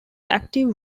active